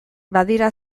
badira